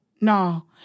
no